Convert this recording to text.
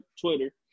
Twitter